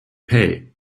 pay